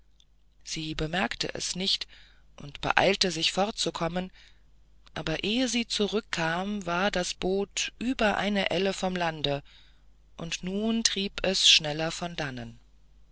sie bemerkte es und beeilte sich fortzukommen aber ehe sie zurückkam war das boot über eine elle vom lande und nun trieb es schneller von dannen